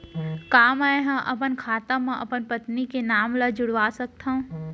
का मैं ह अपन खाता म अपन पत्नी के नाम ला जुड़वा सकथव?